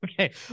Okay